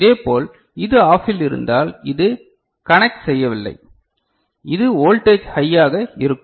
இதேபோல் இது ஆஃபில் இருந்தால் இது கண்டக்ட் செய்யவில்லை இது வோல்டேஜ் ஹையாக இருக்கும்